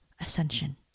ascension